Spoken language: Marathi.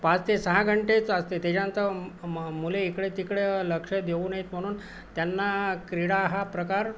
पाच ते सहा घंटेच असते त्याच्यात मुले इकडे तिकडं लक्ष देऊ नयेत म्हणून त्यांना क्रीडा हा प्रकार